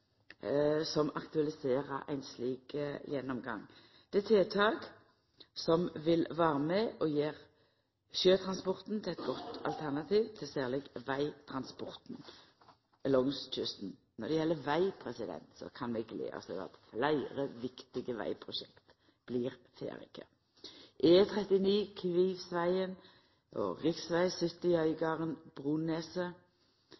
som aktualiserer ein slik gjennomgang. Det er tiltak som vil vera med på å gjera sjøtransport til eit godt alternativ, særleg til vegtransporten langs kysten. Når det gjeld veg, kan vi gleda oss over at fleire viktige vegprosjekt blir ferdige. E39 Kvivsvegen og rv. 70